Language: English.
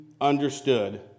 understood